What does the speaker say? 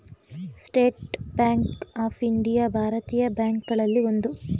state bank of India ಭಾರತೀಯ bank ಗಳಲ್ಲಿ ಒಂದು